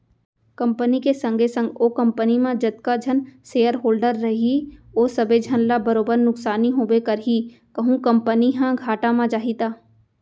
company के संगे संग ओ कंपनी म जतका झन सेयर होल्डर रइही ओ सबे झन ल बरोबर नुकसानी होबे करही कहूं कंपनी ह घाटा म जाही त